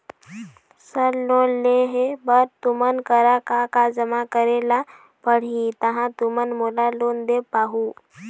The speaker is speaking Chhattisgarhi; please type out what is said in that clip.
सर लोन लेहे बर तुमन करा का का जमा करें ला पड़ही तहाँ तुमन मोला लोन दे पाहुं?